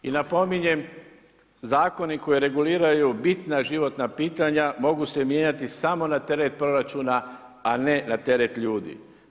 I napominjem, zakoni koji reguliraju bitna životna pitanja mogu se mijenjati samo na teret proračuna, a ne na teret ljudi.